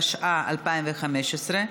התשע"ה 2015,